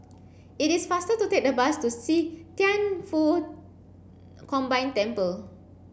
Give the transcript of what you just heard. it is faster to take the bus to See Thian Foh Combined Temple